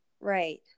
Right